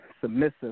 submissive